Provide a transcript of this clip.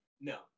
No